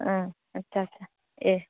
ꯑꯥ ꯑꯠꯆꯥ ꯑꯠꯆꯥ ꯑꯦ